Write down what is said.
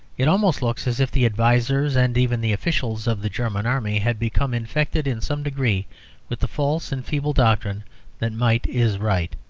it almost looks as if the advisers, and even the officials, of the german army had become infected in some degree with the false and feeble doctrine that might is right.